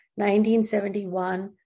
1971